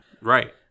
right